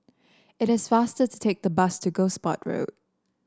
it is faster to take the bus to Gosport Road